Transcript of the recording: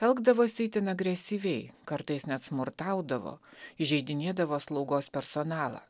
elgdavosi itin agresyviai kartais net smurtaudavo įžeidinėdavo slaugos personalą